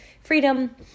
freedom